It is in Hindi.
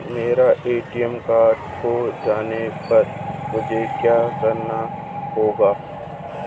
मेरा ए.टी.एम कार्ड खो जाने पर मुझे क्या करना होगा?